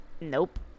Nope